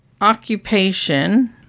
occupation